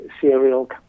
serial